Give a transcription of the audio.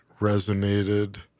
resonated